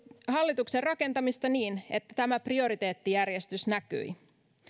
hallituksen rakentamisesta niin että tämä prioriteettijärjestys näkyi